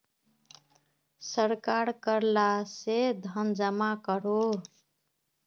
सरकार कर ला से धन जमा करोह